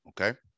okay